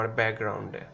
background